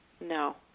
No